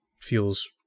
feels